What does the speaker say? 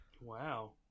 Wow